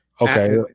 Okay